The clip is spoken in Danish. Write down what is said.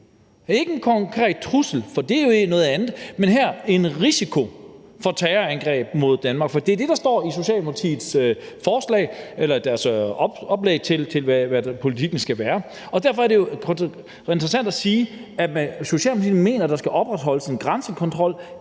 ikke en konkret trussel, for det er jo noget andet, men en risiko for terrorangreb mod Danmark? For det er det, der står i Socialdemokratiets oplæg til, hvordan politikken skal være. Derfor er det jo interessant at sige, at Socialdemokratiet mener, at der skal opretholdes en grænsekontrol,